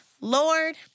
Lord